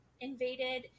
invaded